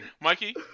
Mikey